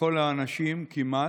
ככל האנשים כמעט,